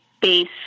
base